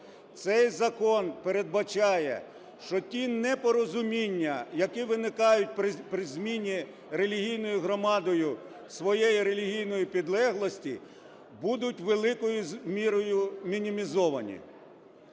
Цей закон передбачає, що ті непорозуміння, які виникають при зміні релігійною громадою своєї релігійної підлеглості, будуть великою мірою мінімізовані.